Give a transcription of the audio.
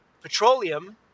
petroleum